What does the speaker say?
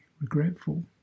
regretful